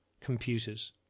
computers